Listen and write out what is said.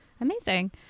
Amazing